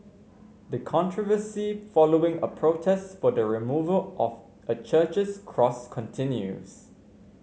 the controversy following a protest for the removal of a church's cross continues